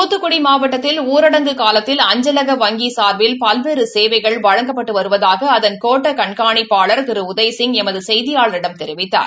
தூத்தக்குடி மாவட்டத்தில் ஊரடங்கு காலத்தில் அஞ்சலக வங்கி சார்பில் பல்வேறு சேவைகள் வழங்கப்பட்டு வருவதாக அதன் கோட்ட கண்காணிப்பாளர் திரு உதய்சிங் எமது செய்தியாளரிடம் தெரிவித்தார்